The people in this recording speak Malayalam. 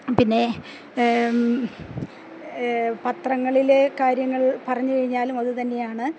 പിന്നെ പത്രങ്ങളിലെ കാര്യങ്ങൾ പറഞ്ഞുകഴിഞ്ഞാലും അതുതന്നെയാണ്